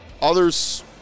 others